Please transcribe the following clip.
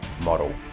model